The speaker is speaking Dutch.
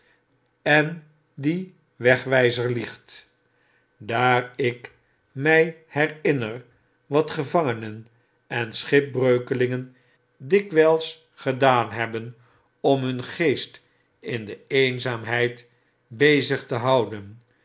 en die wegwijzer liegt daar ik my herinner wat gevangenen en schipbreukelingen dikwyls gedaan hebben om hun geest in de eenzaamheid bezig tehouden